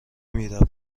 میرفت